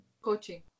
Coaching